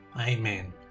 Amen